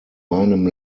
meinem